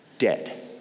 dead